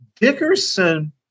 Dickerson